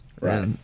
right